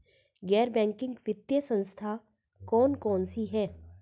गैर बैंकिंग वित्तीय संस्था कौन कौन सी हैं?